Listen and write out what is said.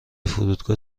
فرودگاه